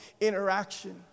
interaction